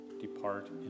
Depart